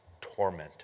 tormented